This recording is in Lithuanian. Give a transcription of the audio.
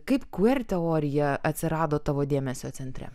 kaip kver teorija atsirado tavo dėmesio centre